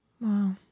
Wow